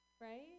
Right